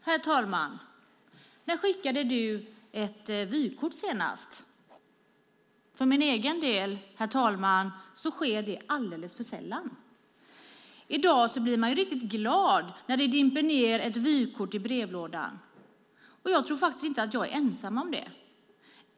Herr talman! När skickade du ett vykort senast? För min egen del, herr talman, sker det alldeles för sällan. I dag blir man riktigt glad när det dimper ned ett vykort i brevlådan, och jag tror inte att jag är ensam om det.